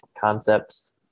concepts